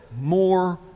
more